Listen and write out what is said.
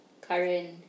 current